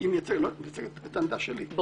היא מייצגת את העמדה שלי,